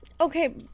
Okay